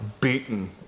beaten